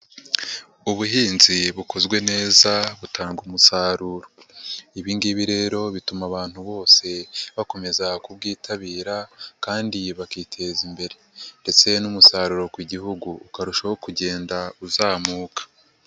Ubuhinzi bukozwe neza butanga umusaruro. Ibi ngibi rero bituma abantu bose bakomeza ku bwitabira kandi bakiteza imbere ndetse n'umusaruro ku gihugu ukarushaho kugenda uzamuka.